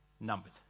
Numbered